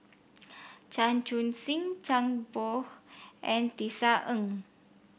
Chan Chun Sing Zhang Bohe and Tisa Ng